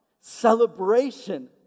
celebration